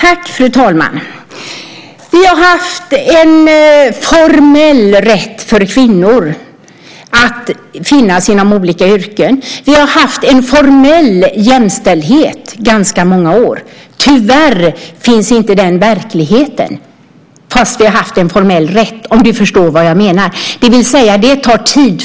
Fru talman! Vi har haft en formell rätt för kvinnor att finnas inom olika yrken. Vi har haft en formell jämställdhet under ganska många år. Tyvärr finns inte den i verkligheten trots att vi har haft en formell rätt, om du förstår vad jag menar. Det tar alltså tid.